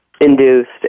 Induced